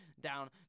down